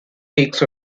takes